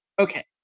Okay